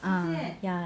ah ya